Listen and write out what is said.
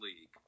league